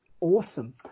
awesome